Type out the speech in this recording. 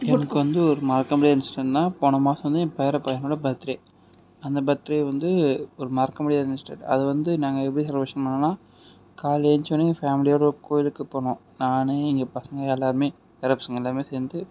எனக்கு வந்து ஒரு மறக்க முடியாத இன்ஸிடெண்ட்னா போன மாதம் என் பேரப் பையனோடய பர்த்டே அந்த பர்த்டே வந்து ஒரு மறக்கமுடியாத இன்ஸிடெண்ட் அது வந்து நாங்கள் எப்படி செலிப்ரேஷன் பண்ணிணோம்னா காலை எழுந்திருச்சவோனே ஃபேமிலியோட கோவிலுக்கு போனோம் நானும் எங்க பசங்க எல்லாருமே பேரப் பசங்க எல்லாருமே சேர்ந்து